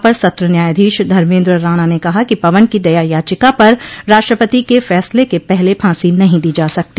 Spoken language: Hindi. अपर सत्र न्यायाधीश धर्मेन्द्र राणा ने कहा कि पवन की दया याचिका पर राष्ट्रपति के फैसले के पहले फांसी नहीं दी जा सकती